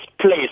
place